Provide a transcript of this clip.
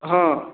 हँ